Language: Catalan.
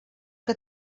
que